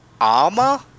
armor